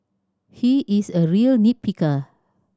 he is a real nit picker